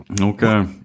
Okay